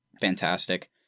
Fantastic